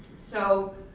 so,